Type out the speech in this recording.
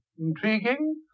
Intriguing